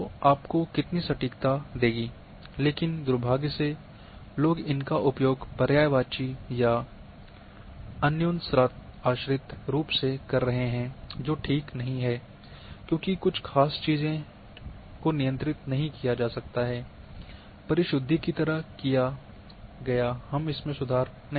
तो ये आपको कितनी सटीकता देगी लेकिन दुर्भाग्य से लोग इनका उपयोग पर्यायवाची या अन्योन्याश्रित रूप में कर रहे हैं जो ठीक नहीं है क्योंकि कुछ खास चीज़ों को नियंत्रित नहीं किया जा सकता है परिशुद्धि की तरह किया हम इसमें सुधार नहीं कर सकते हैं